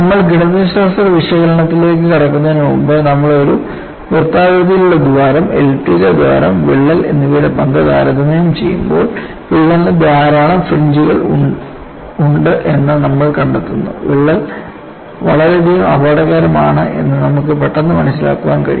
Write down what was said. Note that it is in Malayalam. നമ്മൾ ഒരു ഗണിതശാസ്ത്ര വിശകലനത്തിലേക്ക് കടക്കുന്നതിന് മുമ്പ് നമ്മൾ ഒരു വൃത്താകൃതിയിലുള്ള ദ്വാരം എലിപ്റ്റിക്കൽ ദ്വാരം വിള്ളൽ എന്നിവയുടെ പങ്ക് താരതമ്യം ചെയ്യുമ്പോൾവിള്ളലിന് ധാരാളം ഫ്രിഞ്ച്കളുണ്ട് എന്ന് നമ്മൾ കണ്ടെത്തുന്നുവിള്ളൽ വളരെയധികം അപകടകരമാണ് എന്ന് നമുക്ക് പെട്ടെന്ന് മനസ്സിലാക്കാൻ കഴിയും